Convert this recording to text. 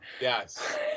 Yes